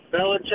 Belichick